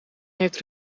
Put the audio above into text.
heeft